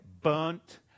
burnt